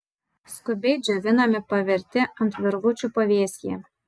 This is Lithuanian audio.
skubiai džiovinami paverti ant virvučių pavėsyje